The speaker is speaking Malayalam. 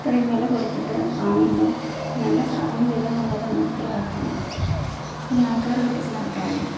ഇത്രയും വില കൊടുത്തിട്ട് വാങ്ങുമ്പോൾ നല്ല സാധനം തരുക എന്നുള്ളത് നിങ്ങളുടെ ഉത്തരവാദിത്തം ആണ് നിങ്ങൾ ആൾക്കാരെ പറ്റിച്ച് നടക്കലല്ല